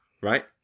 right